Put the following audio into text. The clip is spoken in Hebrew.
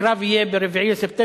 קל לו, הקרב יהיה ב-4 בספטמבר.